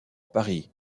paris